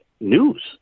news